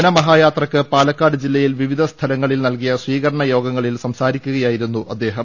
ജനമഹായാത്രക്കു പാലക്കാട് ജില്ലയിൽ വിവിധ സ്ഥലങ്ങളിൽ നൽകിയ സ്വീകരണ യോഗങ്ങളിൽ സംസാരിക്കുകയായിരുന്നു അദ്ദേഹം